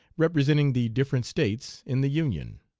representing the different states in the union.